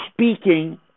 speaking